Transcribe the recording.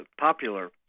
popular